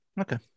Okay